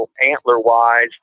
antler-wise